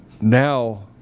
now